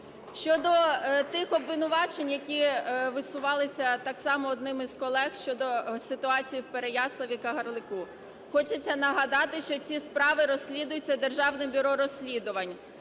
Щодо тих обвинувачень, які висувалися так само одним із колег щодо ситуації в Переяславі, Кагарлику. Хочеться нагадати, що ці справи розслідуються Державним бюро розслідувань,